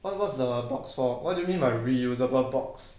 what whats the box for what do you mean by reusable box